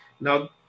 Now